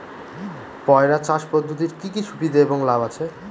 পয়রা চাষ পদ্ধতির কি কি সুবিধা এবং লাভ আছে?